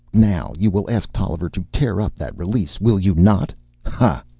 now you will ask tolliver to tear up that release, will you not ha?